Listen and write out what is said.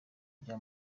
bya